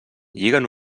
lliguen